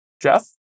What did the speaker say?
Jeff